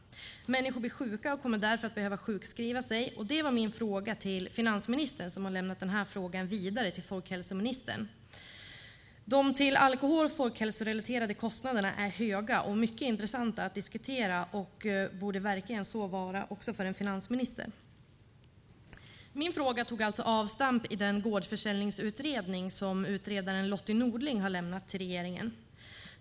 Människor blir sjuka och kommer därför att behöva sjukskriva sig. Det var om detta jag ställde min fråga till finansministern, som har lämnat den vidare till folkhälsoministern. De alkohol och folkhälsorelaterade kostnaderna är höga och mycket intressanta att diskutera. Det borde verkligen så vara också för en finansminister. Min fråga tog avstamp i den gårdsförsäljningsutredning som utredaren Lotty Nordling har lämnat till regeringen.